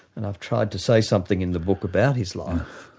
and i've tried to say something in the book about his life,